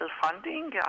funding